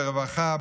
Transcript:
ברווחה,